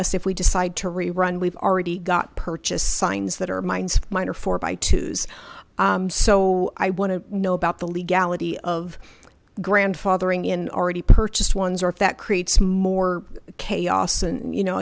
us if we decide to rerun we've already got purchase signs that our minds mine are four by twos so i want to know about the legality of grandfathering in already purchased ones or if that creates more chaos and you know